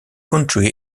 country